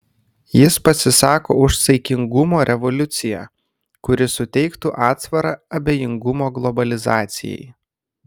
jis pasisako už saikingumo revoliuciją kuri suteiktų atsvarą abejingumo globalizacijai